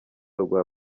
rwa